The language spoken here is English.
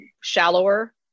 shallower